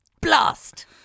Blast